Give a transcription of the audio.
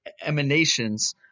emanations